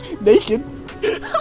Naked